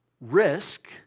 risk